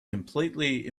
completely